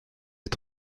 est